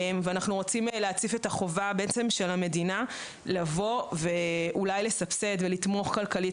אנחנו רוצים להציף את החובה של המדינה לסבסד ולתמוך כלכלית